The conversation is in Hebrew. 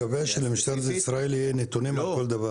שווה שלמשטרת ישראל יהיו נתונים על כל דבר.